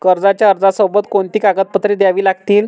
कर्जाच्या अर्जासोबत कोणती कागदपत्रे द्यावी लागतील?